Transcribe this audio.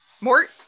Mort